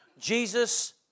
Jesus